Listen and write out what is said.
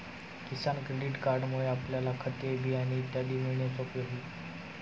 किसान credit कार्डमुळे आपल्याला खते, बियाणे इत्यादी मिळणे सोपे होईल